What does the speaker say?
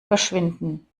verschwinden